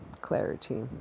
clarity